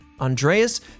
Andreas